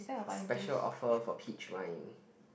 special offer for peach wine